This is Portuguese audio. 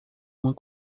uma